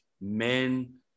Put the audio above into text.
men